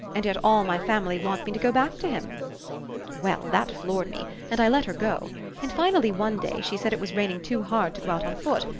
and yet all my family want me to go back to him well, that floored me, and i let her go and finally one day she said it was raining too hard to go out on foot,